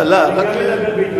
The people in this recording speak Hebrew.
אני גם מדבר בהתרגשות.